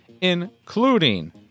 including